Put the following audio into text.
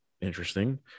interesting